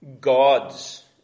gods